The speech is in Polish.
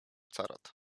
carat